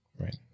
Right